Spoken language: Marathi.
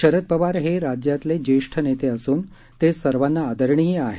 शरद पवार हे राज्यातले ज्येष्ठ नेते असून ते सर्वांना आदरणीय आहेत